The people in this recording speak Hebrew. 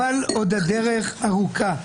אבל עוד הדרך ארוכה.